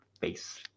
face